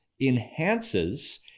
enhances